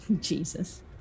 Jesus